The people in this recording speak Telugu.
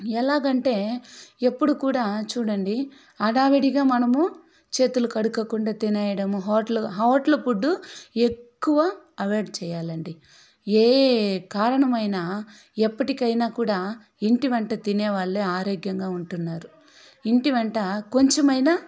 ఎలాగంటే ఎప్పుడూ కూడా చూడండి హడావిడిగా మనము చేతులు కడుక్కోకుండా తినేయడము హోటల్ హోటలు ఫుడ్డు ఎక్కువ అవైడ్ చేయాలండి ఏ కారణమైన ఎప్పటికైనా కూడా ఇంటి వంట తినేవాళ్లే ఆరోగ్యంగా ఉంటున్నారు ఇంటి వంట కొంచేమైనా